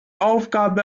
aufgabe